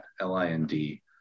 L-I-N-D